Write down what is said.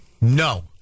No